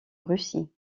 russie